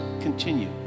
continue